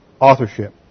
authorship